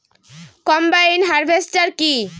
Combine harvester কি?